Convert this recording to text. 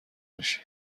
میشی